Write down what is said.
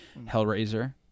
Hellraiser